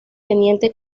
teniente